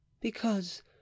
because